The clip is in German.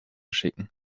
schicken